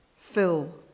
fill